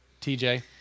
TJ